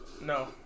No